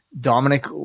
Dominic